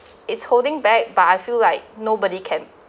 is holding back but I feel like nobody can